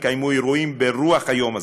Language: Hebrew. יקיימו אירועים ברוח היום זה,